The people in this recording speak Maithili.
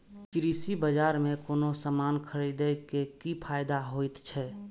कृषि बाजार में कोनो सामान खरीदे के कि फायदा होयत छै?